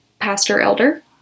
pastor-elder